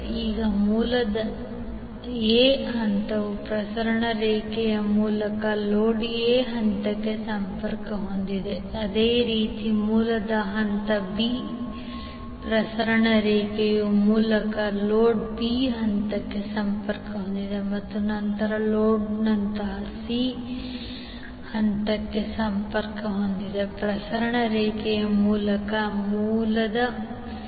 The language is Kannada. ಈಗ ಮೂಲದ A ಹಂತವು ಪ್ರಸರಣ ರೇಖೆಯ ಮೂಲಕ ಲೋಡ್ನ A ಹಂತಕ್ಕೆ ಸಂಪರ್ಕ ಹೊಂದಿದೆ ಅದೇ ರೀತಿ ಮೂಲದ ಹಂತ B ಪ್ರಸರಣ ರೇಖೆಯ ಮೂಲಕ ಲೋಡ್ನ B ಹಂತಕ್ಕೆ ಸಂಪರ್ಕ ಹೊಂದಿದೆ ಮತ್ತು ನಂತರ ಲೋಡ್ನ ಹಂತ C ಹಂತಕ್ಕೆ ಸಂಪರ್ಕ ಹೊಂದಿದೆ ಪ್ರಸರಣ ರೇಖೆಯ ಮೂಲಕ ಮೂಲದ C